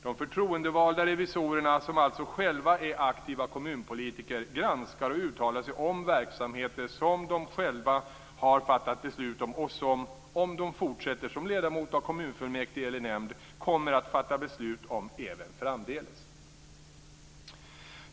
De förtroendevalda revisorerna, som alltså själva är aktiva kommunpolitiker, granskar och uttalar sig om verksamheter som de själva har fattat beslut om och som de, om de fortsätter som ledamöter av kommunfullmäktige eller nämnd, kommer att fatta beslut om även framdeles.